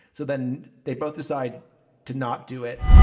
so then they both decide to not do it.